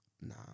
nah